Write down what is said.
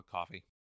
Coffee